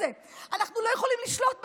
אנחנו לא יכולים לשלוט בזה.